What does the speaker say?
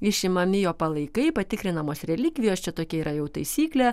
išimami jo palaikai patikrinamos relikvijos čia tokia yra jau taisyklė